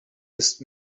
ist